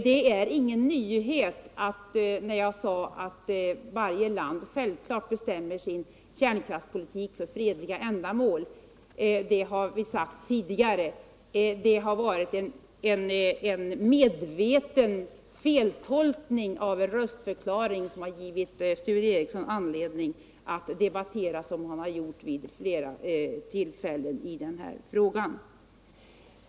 Det var ingen nyhet då jag sade att varje land självklart bestämmer sin kärnkraftspolitik för fredliga ändamål. Det har vi sagt tidigare, Det har varit en medveten feltolkning av en röstförklaring som givit Sture Ericson anledning att vid flora tillfällen debattera som han gjort i den här frågan.